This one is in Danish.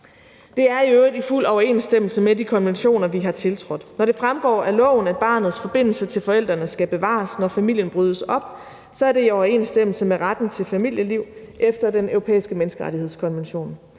Det er i øvrigt i fuld overensstemmelse med de konventioner, vi har tiltrådt, og når det fremgår af loven, at barnets forbindelse til forældrene skal bevares, når familien brydes op, så er det i overensstemmelse med retten til familieliv efter Den Europæiske Menneskerettighedskonvention.